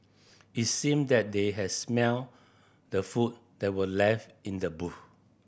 it seemed that they had smelt the food that were left in the boot